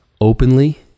openly